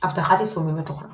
אבטחת יישומים ותוכנה